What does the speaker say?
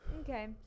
Okay